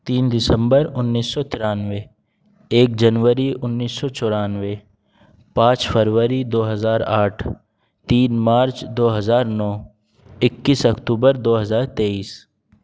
تین دسمبر انیس سو ترانوے ایک جنوری انیس سو چورانوے پانچ فروری دو ہزار آٹھ تین مارچ دو ہزار نو اکیس اکتوبر دو ہزار تئیس